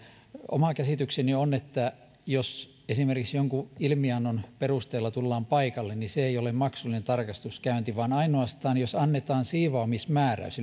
oma käsitykseni on että jos esimerkiksi jonkun ilmiannon perusteella tullaan paikalle niin se ei ole maksullinen tarkastuskäynti vaan ainoastaan jos annetaan siivoamismääräys